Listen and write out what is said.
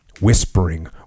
whispering